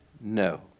No